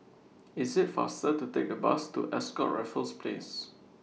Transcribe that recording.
IS IT faster to Take The Bus to Ascott Raffles Place